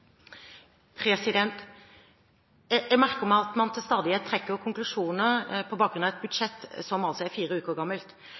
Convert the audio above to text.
Jeg merker meg at man til stadighet trekker konklusjoner på bakgrunn av et